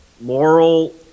moral